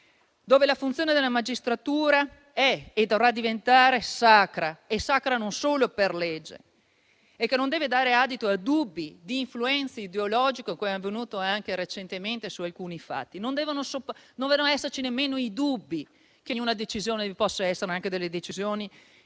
dove la funzione della magistratura è e dovrà diventare sacra, non solo per legge, senza dare adito a dubbi di influenze ideologiche come avvenuto anche recentemente su alcuni fatti. Non devono esserci nemmeno dubbi che vi possano essere delle decisioni